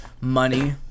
money